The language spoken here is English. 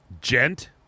Gent